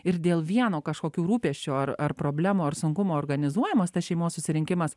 ir dėl vieno kažkokių rūpesčių ar ar problemų ar sunkumų organizuojamas tas šeimos susirinkimas